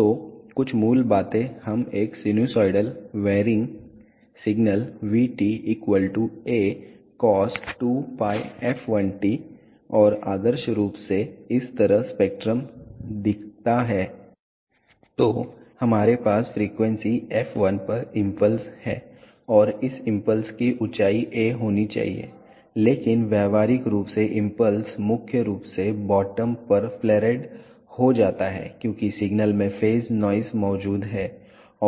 तो कुछ मूल बातें हम एक sinusoidally varying signal v A cos 2πf1t और आदर्श रूप में इस तरह स्पेक्ट्रम दिखता है तो हमारे पास फ्रीक्वेंसी f1 पर इंपल्स है और इस इंपल्स की ऊंचाई A होनी चाहिए लेकिन व्यावहारिक रूप से इंपल्स मुख्य रूप से बॉटम पर फ्लरेड हो जाता है क्योंकि सिग्नल में फेज नॉइस मौजूद है